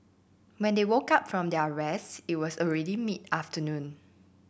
when they woke up from their rest it was already mid afternoon